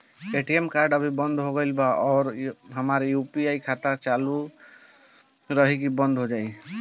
ATM card अभी बंद हो गईल आज और हमार यू.पी.आई खाता चालू रही की बन्द हो जाई?